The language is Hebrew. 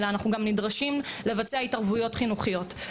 אנחנו נדרשים לבצע גם התערבויות חינוכיות,